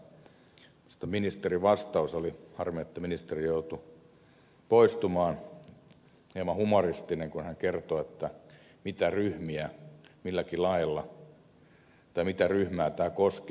minusta ministerin vastaus oli harmi että ministeri joutui poistumaan hieman humoristinen kun hän kertoi mitä ryhmää tämä koskee